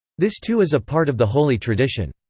this too is a part of the holy tradition.